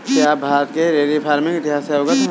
क्या आप भारत के डेयरी फार्मिंग इतिहास से अवगत हैं?